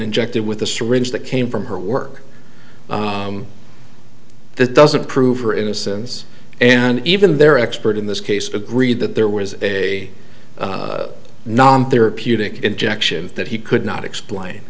injected with a syringe that came from her work that doesn't prove her innocence and even their expert in this case agreed that there was a non therapeutic injection that he could not